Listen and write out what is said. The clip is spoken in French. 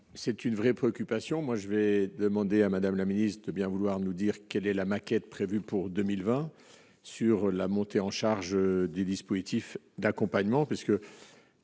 c'est une vraie préoccupation, moi, je vais demander à Madame la ministre de bien vouloir nous dire quelle est la maquette, prévue pour 2020 sur la montée en charge des dispositifs d'accompagnement